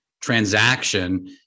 transaction